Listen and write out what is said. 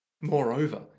Moreover